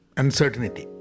uncertainty